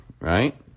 right